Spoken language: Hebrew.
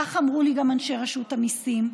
כך אמרו לי גם אנשי רשות המיסים,